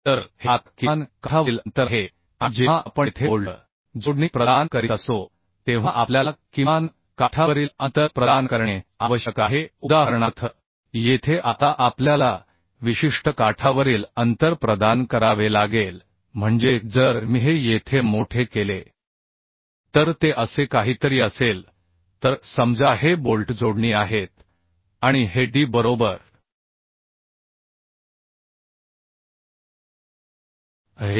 तर हे आत्ता किमान काठावरील अंतर आहे आणि जेव्हा आपण येथे बोल्ट जोडणी प्रदान करीत असतो तेव्हा आपल्याला किमान काठावरील अंतर प्रदान करणे आवश्यक आहे उदाहरणार्थ येथे आता आपल्याला विशिष्ट काठावरील अंतर प्रदान करावे लागेल म्हणजे जर मी हे येथे मोठे केले तर ते असे काहीतरी असेल तर समजा हे बोल्ट जोडणी आहेत आणि हे डी बरोबर आहे